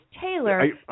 Taylor